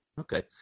Okay